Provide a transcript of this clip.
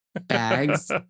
bags